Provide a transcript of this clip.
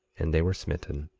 and they were smitten.